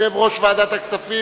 יושב-ראש ועדת הכספים,